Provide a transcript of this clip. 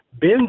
Ben